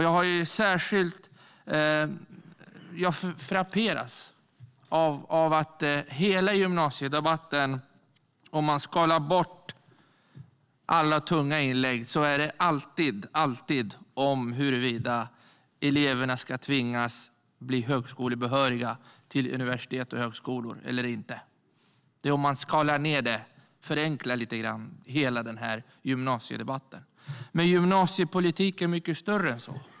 Jag frapperas av att hela gymnasiedebatten, om man skalar bort alla tunga inlägg, alltid handlar om huruvida eleverna ska tvingas bli behöriga till universitet och högskolor eller inte. Om man skalar av det och förenklar lite grann är det hela gymnasiedebatten. Men gymnasiepolitik är mycket större än så.